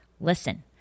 Listen